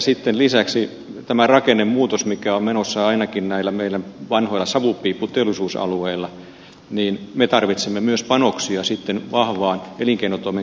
sitten lisäksi on tämä rakennemuutos mikä on menossa ainakin näillä meidän vanhoilla savupiipputeollisuusalueillamme niin että me tarvitsemme myös panoksia vahvaan elinkeinotoimen kehittämiseen